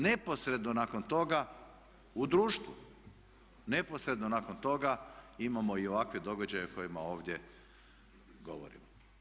Neposredno nakon toga u društvu, neposredno nakon toga imamo i ovakve događaje o kojima ovdje govorimo.